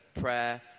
prayer